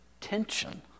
tension